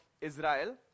Israel